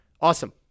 Awesome